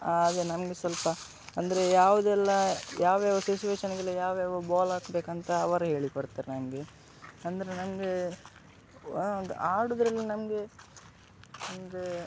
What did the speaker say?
ಆಗ ನಮಗೆ ಸ್ವಲ್ಪ ಅಂದರೆ ಯಾವುದೆಲ್ಲಾ ಯಾವ ಯಾವ ಸಿಚುವೇಶನಿಗೆಲ್ಲ ಯಾವ ಯಾವ ಬಾಲ್ ಹಾಕ್ಬೇಕಂತ ಅವರೇ ಹೇಳಿ ಕೊಡ್ತಾರೆ ನಮಗೆ ಅಂದರೆ ನಮಗೆ ಆಡೋದ್ರಲ್ಲಿ ನಮಗೆ ಅಂದರೆ